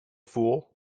fool